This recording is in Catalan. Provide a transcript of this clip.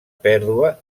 pèrdua